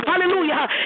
hallelujah